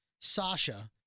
Sasha